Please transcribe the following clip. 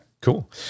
cool